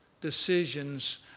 decisions